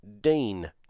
Dean